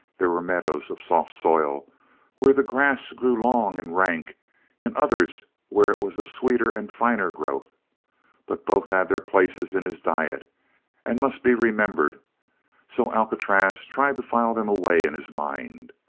there were meadows of soft soil where the grass grew long and rank and others where it was a sweeter and finer growth but both had their places in his diet and must be remembered so alcatraz tried to file them away in his mind.